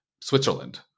Switzerland